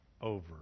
over